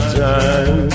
time